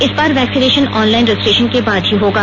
इस बार vaccination online registration के बाद ही होगा